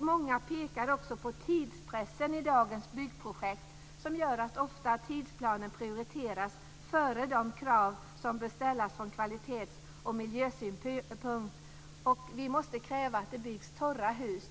Många pekar också på tidspressen i dagens byggprojekt som gör att tidsplanen ofta prioriteras före de krav som bör ställas från kvalitets och miljösynpunkt. Vi måste kräva att det byggs torra hus.